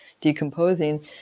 decomposing